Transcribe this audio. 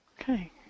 Okay